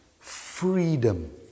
freedom